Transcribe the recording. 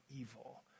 evil